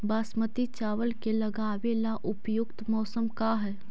बासमती चावल के लगावे ला उपयुक्त मौसम का है?